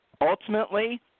Ultimately